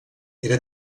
era